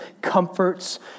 comforts